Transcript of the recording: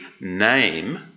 name